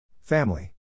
Family